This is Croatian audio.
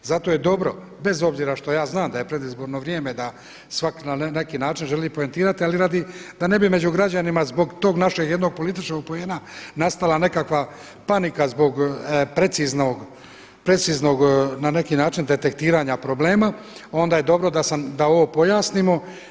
Zato je dobro, bez obzira što ja znam da je predizborno vrijeme da svatko na neki način želi poentirati ali radi, da ne bi među građanima zbog tog našeg jednog političnog poena nastala nekakva panika zbog preciznog na neki način detektiranja problema onda je dobro da sam, da ovo pojasnimo.